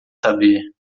saber